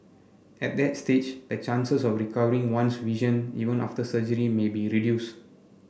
at that stage the chances of recovering one's vision even after surgery may be reduced